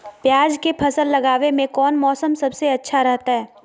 प्याज के फसल लगावे में कौन मौसम सबसे अच्छा रहतय?